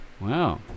Wow